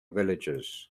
villages